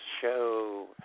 show